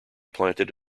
planted